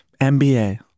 MBA